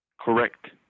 Correct